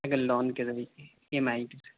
اگر لون کے ذریعے ای ایم آئی کے ساتھ